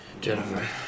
Jennifer